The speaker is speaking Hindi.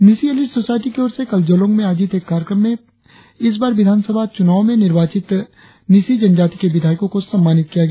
न्यीशी इलिट सोसायटी की ओर से कल जोलोंग में आयोजित एक कार्यक्रम में इस बार विधानसभा चुनावों में निर्वाचित न्यीशी जनजाति के विधायकों को सम्मानित किया गया